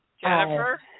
Jennifer